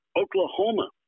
Oklahoma